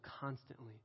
constantly